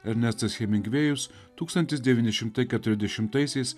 ernestas hemingvėjus tūkstantis devyni šimtai keturiasdešimtaisiais